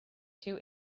two